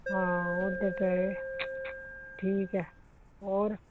ਹਾਂ ਉਹ ਦੇ ਤੇ ਠੀਕ ਹੈ ਹੋਰ